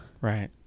Right